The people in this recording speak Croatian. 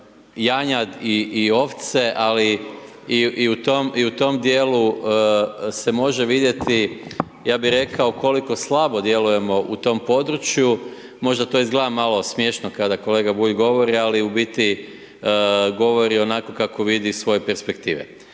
janjad i ovce, ali i u tom dijelu se može vidjeti, ja bih rekao koliko slabo djelujemo u tom području. Možda to izgledamo malo smiješno kada kolega Bulj govori, ali u biti, govori onako kako vidi iz svoje perspektive.